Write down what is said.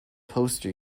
poster